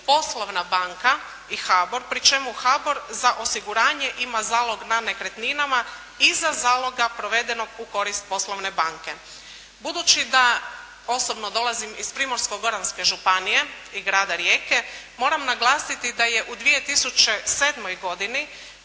poslovna banka i HBOR pri čemu HBOR za osiguranje ima zalog na nekretninama iza zaloga provedenog u korist poslovne banke. Budući da osobno dolazim iz Primorsko-goranske županije i grada Rijeke, moram naglasiti da je u 2007. godini